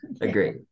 Agree